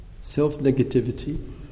self-negativity